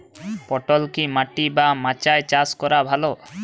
পটল কি মাটি বা মাচায় চাষ করা ভালো?